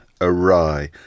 awry